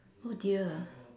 oh dear